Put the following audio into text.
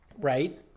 Right